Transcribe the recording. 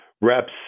reps